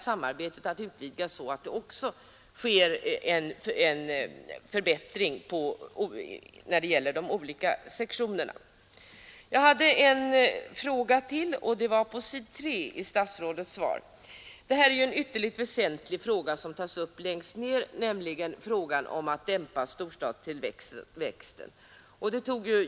Statsrådet tog längre fram i svaret upp en ytterligt väsentlig fråga, nämligen frågan om att dämpa storstadstillväxten.